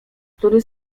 który